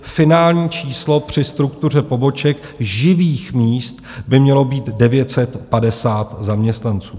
Finální číslo při struktuře poboček živých míst by mělo být 950 zaměstnanců.